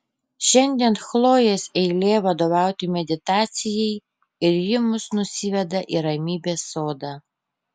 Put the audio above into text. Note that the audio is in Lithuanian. šiandien chlojės eilė vadovauti meditacijai ir ji mus nusiveda į ramybės sodą